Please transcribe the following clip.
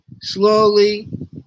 slowly